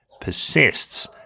persists